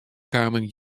kamen